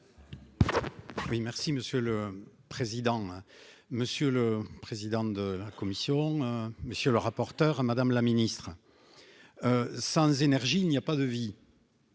Oui merci monsieur le président, monsieur le président de la commission, monsieur le rapporteur, Madame la Ministre, sans énergie, il n'y a pas de vie.